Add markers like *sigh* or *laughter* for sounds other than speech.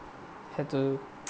had to *noise*